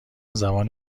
زمان